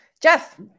Jeff